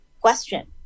question